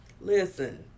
Listen